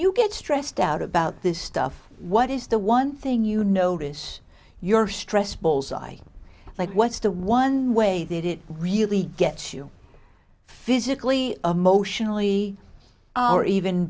you get stressed out about this stuff what is the one thing you notice your stress balls i like what's the one way that it really gets you physically emotionally are even